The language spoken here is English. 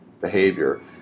behavior